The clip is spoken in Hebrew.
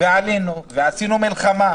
עשינו מלחמה,